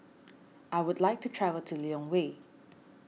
I would like to travel to Lilongwe